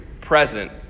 present